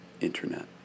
internet